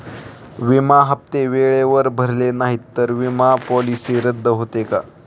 विमा हप्ते वेळेवर भरले नाहीत, तर विमा पॉलिसी रद्द होते का?